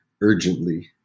urgently